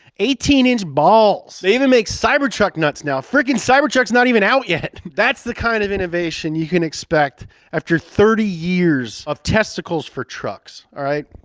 eighteen inch balls. they even make cybertruck nuts now. frigging cybertruck's not even out yet. that's the kind of innovation you can expect after thirty years of testicles for trucks, all right.